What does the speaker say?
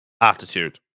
attitude